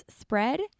spread